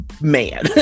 man